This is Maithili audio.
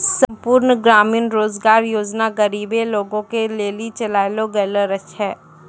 संपूर्ण ग्रामीण रोजगार योजना गरीबे लोगो के लेली चलैलो गेलो छै